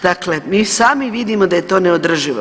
Dakle, mi sami vidimo da je to neodrživo.